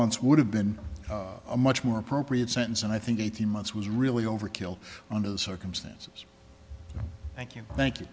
months would have been a much more appropriate sentence and i think eighteen months was really overkill under the circumstances thank you you thank